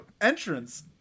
entrance